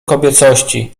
kobiecości